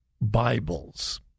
Bibles